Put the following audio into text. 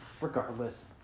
regardless